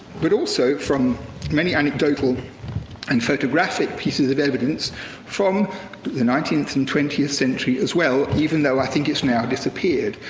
but, also, from many anecdotal and photographic pieces of evidence from the nineteenth and twentieth century, as well, even though i think it's now disappeared.